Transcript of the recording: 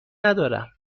ندارم